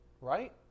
Right